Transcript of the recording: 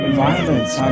violence